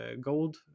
gold